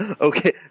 Okay